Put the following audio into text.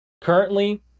Currently